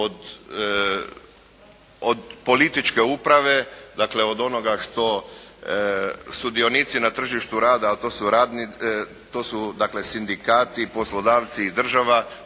od političke uprave, dakle od onoga sudionici na tržištu rada a to su dakle sindikati, poslodavci i država